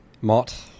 Mott